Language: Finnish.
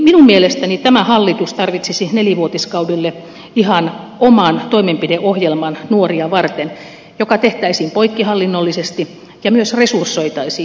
minun mielestäni tämä hallitus tarvitsisi nelivuotiskaudelle ihan oman toimenpideohjelman nuoria varten joka tehtäisiin poikkihallinnollisesti ja myös resursoitaisiin